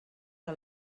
que